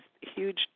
huge